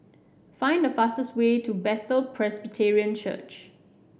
find the fastest way to Bethel Presbyterian Church